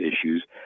issues